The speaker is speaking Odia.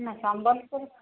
ନା ସମ୍ବଲପୁର